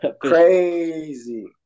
Crazy